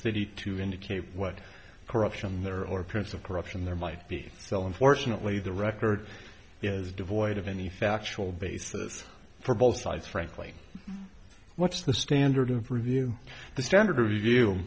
city to indicate what corruption there or appearance of corruption there might be selling fortunately the record is devoid of any factual basis for both sides frankly what's the standard of review the standard review